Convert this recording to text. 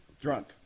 drunk